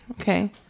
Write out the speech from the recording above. okay